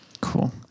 Cool